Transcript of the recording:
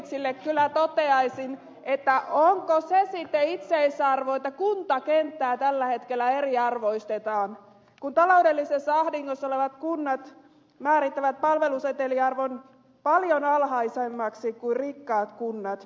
zyskowiczille kyllä toteaisin että onko se sitten itseisarvo että kuntakenttää tällä hetkellä eriarvoistetaan kun taloudellisessa ahdingossa olevat kunnat määrittävät palveluseteliarvon paljon alhaisemmaksi kuin rikkaat kunnat